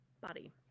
body